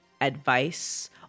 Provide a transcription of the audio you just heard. advice